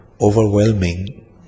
overwhelming